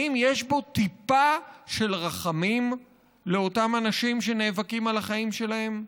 האם יש פה טיפה של רחמים לאותם אנשים שנאבקים על החיים שלהם?